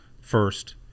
First